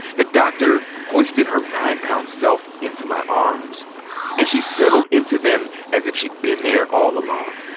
the doctor hoisted her nine-pound self into my arms and she settled into them as if she'd been there all along.